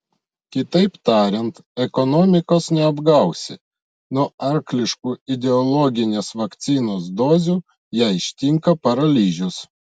kitaip tariant ekonomikos neapgausi nuo arkliškų ideologinės vakcinos dozių ją ištinka paralyžius